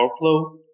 workflow